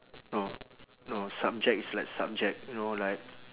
no no subjects like subject you know like